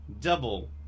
double